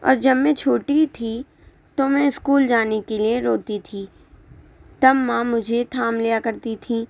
اور جب میں چھوٹی تھی تو میں اسکول جانے کے لئے روتی تھی تب ماں مجھے تھام لیا کرتی تھیں